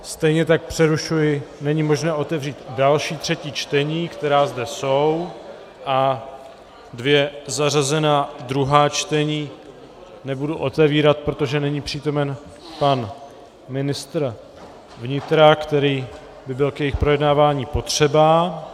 Stejně tak není možné otevřít další třetí čtení, která zde jsou, a dvě zařazená druhá čtení nebudu otevírat, protože není přítomen pan ministr vnitra, který by byl k jejich projednávání potřeba.